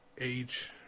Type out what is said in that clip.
age